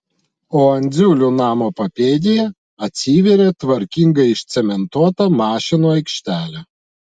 o andziulių namo papėdėje atsivėrė tvarkingai išcementuota mašinų aikštelė